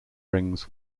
rings